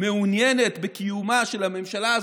מעוניינת בקיומה של הממשלה הזאת,